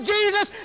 Jesus